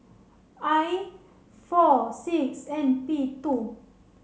I four six N P two